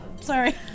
sorry